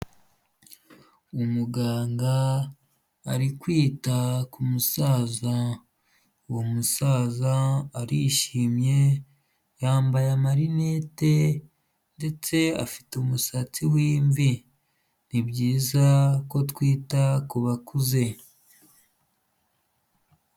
Umuganga ari kwita ku musaza, uwo musaza arishimye, yambaye amarinete ndetse afite umusatsi w'imvi, ni byoza ko twita ku bakuze.